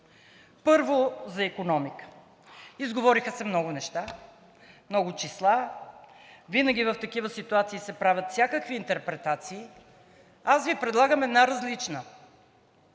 Първо, за икономика – изговориха се много неща, много числа, винаги в такива ситуации се правят всякакви интерпретации. Аз Ви предлагам една различна.